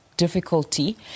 Difficulty